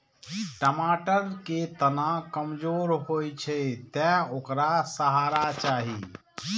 टमाटर के तना कमजोर होइ छै, तें ओकरा सहारा चाही